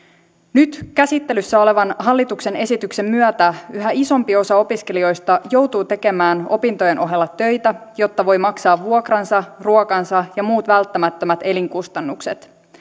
nyt käsittelyssä olevan hallituksen esityksen myötä yhä isompi osa opiskelijoista joutuu tekemään opintojen ohella töitä jotta voi maksaa vuokransa ruokansa ja muut välttämättömät elinkustannukset